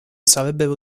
sarebbero